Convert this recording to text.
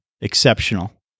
Exceptional